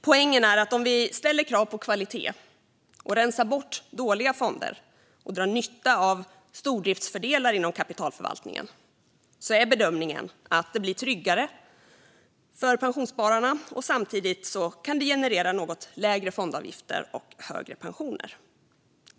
Poängen är att om vi ställer krav på kvalitet, rensar bort dåliga fonder och drar nytta av stordriftsfördelar inom kapitalförvaltningen är bedömningen att det blir tryggare för pensionsspararna, och samtidigt kan det generera något lägre fondavgifter och högre pensioner.